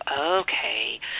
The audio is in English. okay